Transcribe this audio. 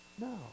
No